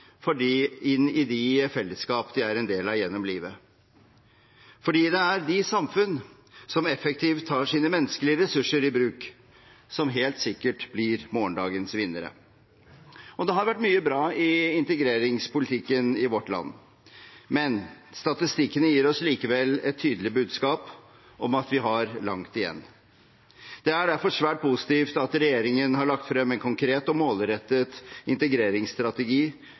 seg selv inn i de fellesskap de er en del av gjennom livet. For det er de samfunn som effektivt tar sine menneskelige ressurser i bruk som helt sikkert blir morgendagens vinnere. Det har vært mye bra i integreringspolitikken i vårt land, men statistikkene gir oss likevel et tydelig budskap om at vi har langt igjen. Det er derfor svært positivt at regjeringen har lagt frem en konkret og målrettet integreringsstrategi